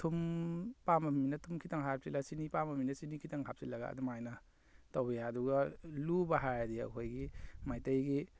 ꯊꯨꯝ ꯄꯥꯝꯕ ꯃꯤꯅ ꯊꯨꯝ ꯈꯤꯇꯪ ꯍꯥꯞꯆꯤꯜꯂ ꯆꯤꯅꯤ ꯄꯥꯝꯕ ꯃꯤꯅ ꯆꯤꯅꯤ ꯈꯤꯇꯪ ꯍꯥꯞꯆꯤꯜꯂꯒ ꯑꯗꯨꯃꯥꯏꯅ ꯇꯧꯏ ꯑꯗꯨꯒ ꯂꯨꯕ ꯍꯥꯏꯔꯗꯤ ꯑꯩꯈꯣꯏꯒꯤ ꯃꯩꯇꯩꯒꯤ